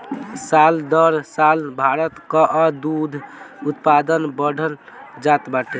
साल दर साल भारत कअ दूध उत्पादन बढ़ल जात बाटे